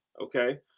okay